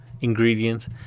ingredients